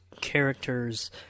characters